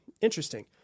interesting